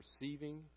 receiving